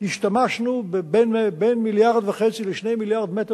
השתמשנו בבין 1.5 מיליארד ל-2 מיליארד מטר